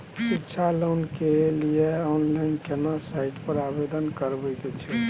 शिक्षा लोन के लिए ऑनलाइन केना साइट पर आवेदन करबैक छै?